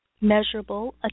measurable